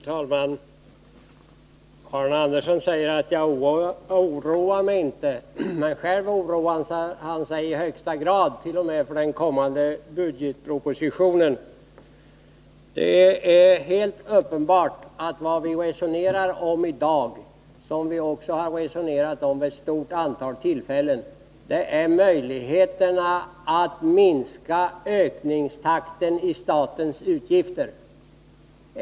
Herr talman! Arne Andersson i Gamleby säger att jag inte oroar mig. Själv oroar han sig i högsta grad t.o.m. för den kommande budgetpropositionen. Det är helt uppenbart att vad vi resonerar om i dag och även har resonerat om tidigare vid ett stort antal tillfällen är möjligheterna att minska ökningstakten i statens utgifter.